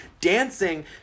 dancing